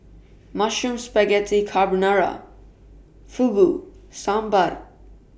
Mushroom Spaghetti Carbonara Fugu Sambar